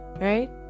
right